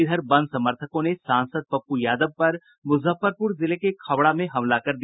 इधर बंद समर्थकों ने सांसद पप्प् यादव पर मुजफ्फरपुर जिले के खबड़ा में हमला कर दिया